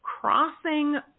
crossing